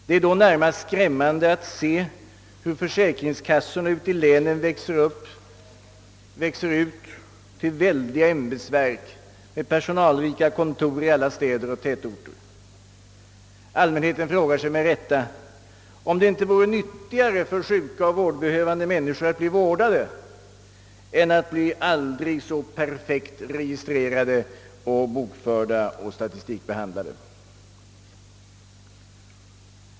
Det är då närmast skrämmande att se hur försäkringskassorna växer ut till väldiga ämbetsverk med personalrika kontor i alla städer och tätorter. Allmänheten frågar sig med rätta, om det inte vore viktigare för sjuka och vårdbehövande människor att bli vårdade än att bli aldrig så perfekt registrerade, bokförda och statistikbehandlade.